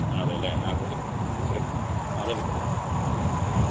നാല് അല്ലേ ആ ചിലപ്പോൾ നാലേ പത്ത്